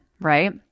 right